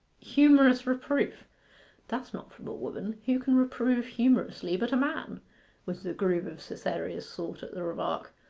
humorous reproof that's not from a woman who can reprove humorously but a man was the groove of cytherea's thought at the remark.